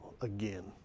again